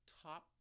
top